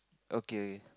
okay